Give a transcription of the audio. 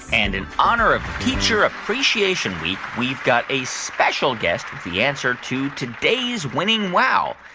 and in honor of teacher appreciation week, we've got a special guest with the answer to today's winning wow.